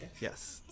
Yes